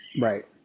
right